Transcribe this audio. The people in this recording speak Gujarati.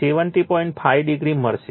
5o મળશે